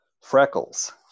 freckles